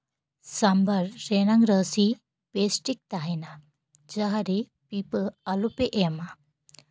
ᱥᱚᱢᱵᱚᱨ ᱨᱮᱭᱟᱜ ᱨᱟᱥᱮ ᱵᱮᱥᱴᱷᱤᱠ ᱛᱟᱦᱮᱱᱟ ᱡᱟᱦᱟᱸᱨᱮ ᱯᱤᱯᱟᱹ ᱟᱞᱚ ᱯᱮ ᱮᱢᱟ